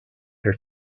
her